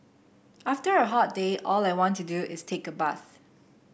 after a hot day all I want to do is take a bath